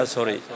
Sorry